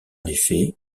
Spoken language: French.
effet